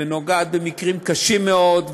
ונוגעת במקרים קשים מאוד,